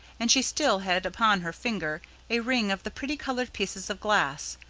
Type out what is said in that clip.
and she still had upon her finger a ring of the pretty coloured pieces of glass.